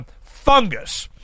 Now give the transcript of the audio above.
Fungus